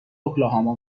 اوکلاهاما